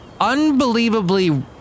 unbelievably